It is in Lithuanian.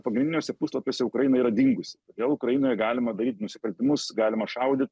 pagrindiniuose puslapiuose ukraina yra dingusi todėl ukrainoj galima daryt nusikaltimus galima šaudyt